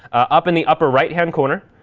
up in the upper right hand corner,